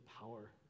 power